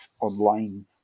online